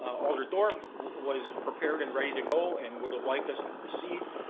alder dorff was prepared and ready to go and would've liked us to proceed.